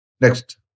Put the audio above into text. Next